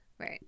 Right